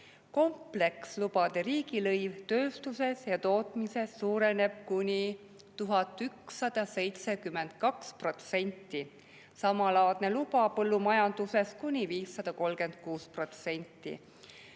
Komplekslubade riigilõiv tööstuses ja tootmises suureneb kuni 1172%, samalaadne luba põllumajanduses kuni 536%.